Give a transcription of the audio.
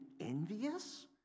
envious